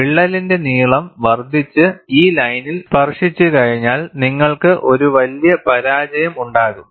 വിള്ളലിന്റെ നീളം വർദ്ധിച്ച് ഈ ലൈനിൽ സ്പർശിച്ചുകഴിഞ്ഞാൽ നിങ്ങൾക്ക് ഒരു വലിയ പരാജയം ഉണ്ടാകും